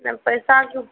जब पैसा